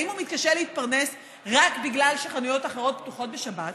האם הוא מתקשה להתפרנס רק בגלל שחנויות אחרות פתוחות בשבת,